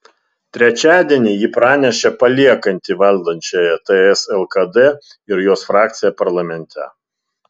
trečiadienį ji pranešė paliekanti valdančiąją ts lkd ir jos frakciją parlamente